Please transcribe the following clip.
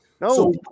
No